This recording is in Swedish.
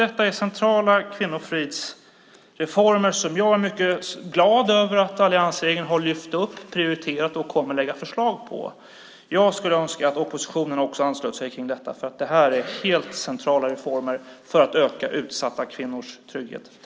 Detta är centrala kvinnofridsreformer som jag är glad över att alliansregeringen har lyft upp, prioriterat och kommer att lägga förslag om. Jag skulle önska att oppositionen också anslöt sig till detta. Det är helt centrala reformer för att öka utsatta kvinnors trygghet.